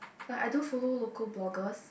but I don't follow local bloggers